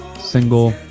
single